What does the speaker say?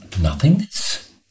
nothingness